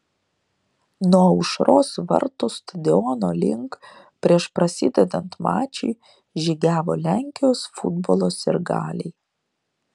nuo aušros vartų stadiono link prieš prasidedant mačui žygiavo lenkijos futbolo sirgaliai